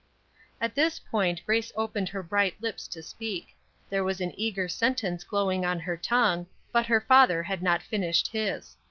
at this point grace opened her bright lips to speak there was an eager sentence glowing on her tongue, but her father had not finished his